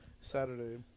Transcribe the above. Saturday